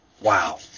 Wow